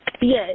Yes